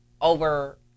over